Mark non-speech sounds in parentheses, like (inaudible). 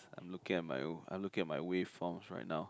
I am looking at my (noise) I am looking at my wave forms right now